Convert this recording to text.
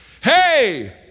hey